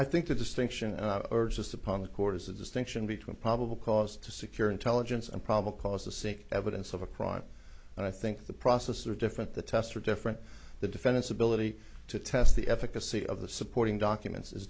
i think the distinction urged us upon a course of distinction between probable cause to secure intelligence and probable cause to sic evidence of a crime and i think the process are different the tests are different the defendant's ability to test the efficacy of the supporting documents is